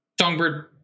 Songbird